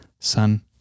Son